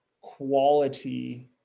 quality